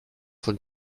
von